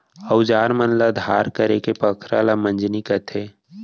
अउजार मन ल धार करेके पखरा ल मंजनी कथें